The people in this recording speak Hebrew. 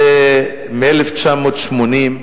מ-1980,